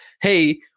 hey